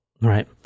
Right